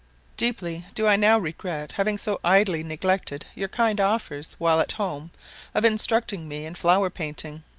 deeply do i now regret having so idly neglected your kind offers while at home of instructing me in flower-painting